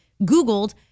Googled